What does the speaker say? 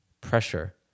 pressure